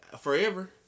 Forever